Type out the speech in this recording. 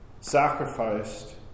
sacrificed